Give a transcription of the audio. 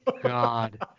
God